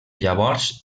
llavors